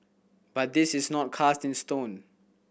but this is not cast in stone